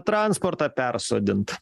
transportą persodint